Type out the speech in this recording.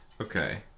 Okay